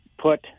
put